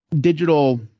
digital